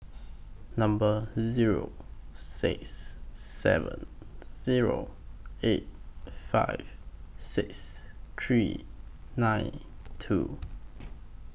Number Zero six seven Zero eight five six three nine two